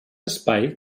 espai